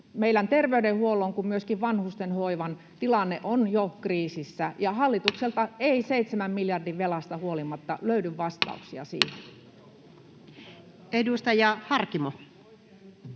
meidän terveydenhuollon kuin myöskin vanhustenhoivan tilanne on jo kriisissä ja hallitukselta ei 7 miljardin velasta huolimatta löydy vastauksia siihen. Edustaja Harkimo.